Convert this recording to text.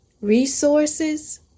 resources